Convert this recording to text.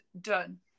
done